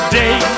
day